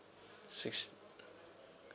six